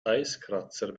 eiskratzer